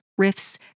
riffs